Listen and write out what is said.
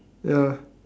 ya